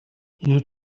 you